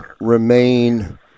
remain